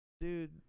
dude